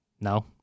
No